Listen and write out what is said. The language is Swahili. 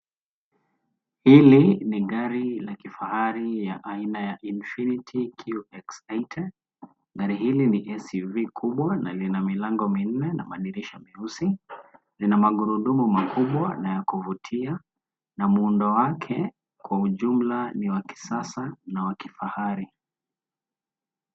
Hili ni gari la kifahari ya aina ya Infinity QX 80. Gari hili ni SUV kubwa na lina milango minne na madirisha meusi. Lina magurudumu makubwa na ya kuvutia, na muundo wake kwa ujumla ni wa kisasa na wa kifahari.